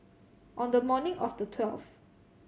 on the morning of the twelfth